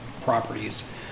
properties